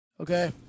Okay